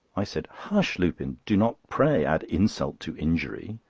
i said hush, lupin! do not pray add insult to injury.